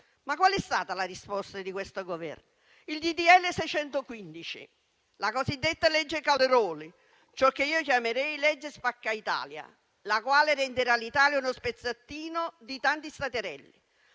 Qual è stata però la risposta di questo Governo? Il disegno di legge n. 615, la cosiddetta legge Calderoli, ciò che io chiamerei legge spacca Italia, che renderà l'Italia uno spezzatino di tanti staterelli.